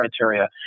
Criteria